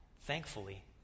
Thankfully